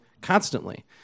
constantly